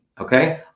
okay